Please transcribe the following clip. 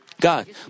God